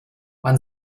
man